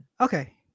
okay